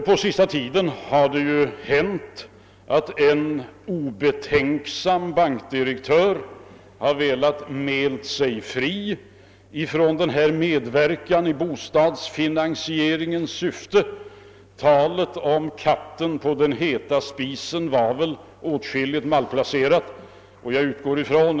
På senaste tiden har en obetänksam bankdirektör velat mäla sig fri från denna medverkan i bostadsfinansieringen. Talet om katten på den heta spisen var malplacerat.